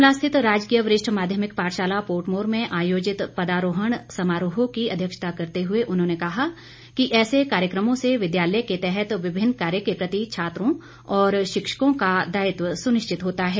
शिमला स्थित राजकीय वरिष्ठ माध्यमिक पाठशाला पोर्टमोर में आयोजित पदारोहरण समारोह की अध्यक्षता करते हुए उन्होंने कहा कि ऐसे कार्यक्रमों से विद्यालय के तहत विभिन्न कार्य के प्रति छात्रों और शिक्षकों का दायित्व सुनिश्चित होता है